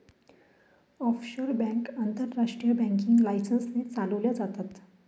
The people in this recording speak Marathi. ऑफशोर बँक आंतरराष्ट्रीय बँकिंग लायसन्स ने चालवल्या जातात